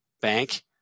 Bank